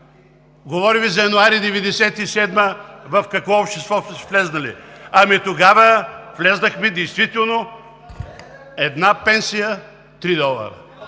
Говори Ви за януари 1997 г. в какво общество сме влезли. Ами тогава влязохме действително – една пенсия – 3 долара.